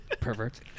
Pervert